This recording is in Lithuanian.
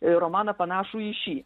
romaną panašų į šį